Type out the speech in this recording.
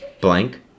blank